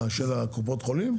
של קופות החולים?